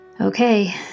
Okay